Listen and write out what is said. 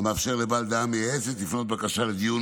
המאפשר לבעל דעה מייעצת לפנות בבקשה לדיון